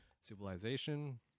civilization